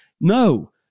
no